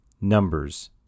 Numbers